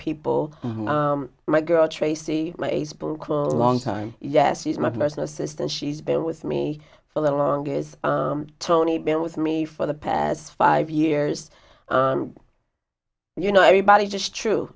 people my girl tracy my long time yes she's my personal assistant she's been with me for the longest tony been with me for the past five years you know everybody just true